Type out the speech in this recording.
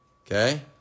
Okay